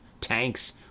Tanks